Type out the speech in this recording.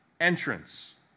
entrance